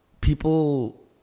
people